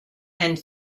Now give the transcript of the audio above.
and